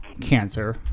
cancer